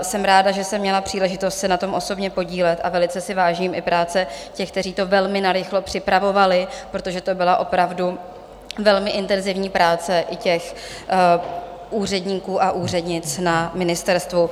Jsem ráda, že jsem měla příležitost se na tom osobně podílet, a velice si vážím i práce těch, kteří to velmi narychlo připravovali, protože to byla opravdu velmi intenzivní práce i těch úředníků a úřednic na ministerstvu.